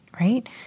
right